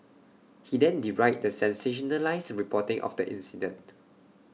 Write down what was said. he then derided the sensationalised reporting of the incident